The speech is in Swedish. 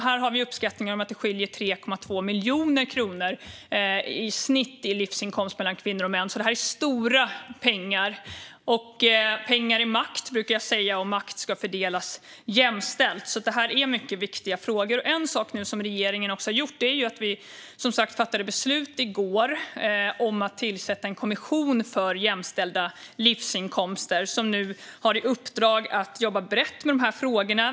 Man uppskattar att det skiljer i snitt 3,2 miljoner kronor i livsinkomst mellan kvinnor och män, och det är stora pengar. Jag brukar säga att pengar är makt, och makt ska fördelas jämställt. Detta är alltså viktiga frågor. I går fattade regeringen som sagt beslut om att tillsätta en kommission för jämställda livsinkomster. Den har i uppdrag att jobba brett med dessa frågor.